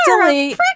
delete